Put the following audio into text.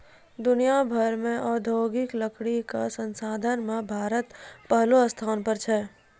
दुनिया भर मॅ औद्योगिक लकड़ी कॅ संसाधन मॅ भारत पहलो स्थान पर छै